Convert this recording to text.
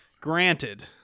Granted